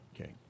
Okay